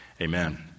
amen